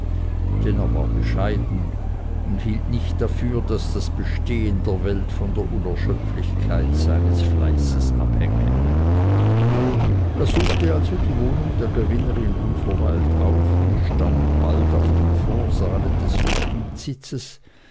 er war bescheiden und hielt nicht dafür daß das bestehen der welt von der unerschöpflichkeit seines fleißes abhänge er suchte also die wohnung der gewinnerin unverweilt auf und stand bald auf dem vorsaale des